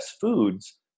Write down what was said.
foods